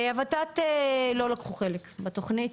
הות"ת לא לקחו חלק בתוכנית,